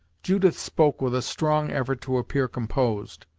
judith spoke with a strong effort to appear composed,